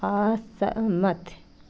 असहमत